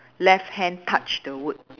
left hand touch the wood